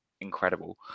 incredible